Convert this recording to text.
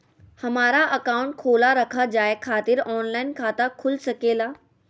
हमारा अकाउंट खोला रखा जाए खातिर ऑनलाइन खाता खुल सके ला?